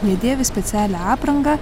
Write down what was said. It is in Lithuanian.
jie dėvi specialią aprangą